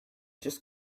just